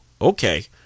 okay